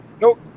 nope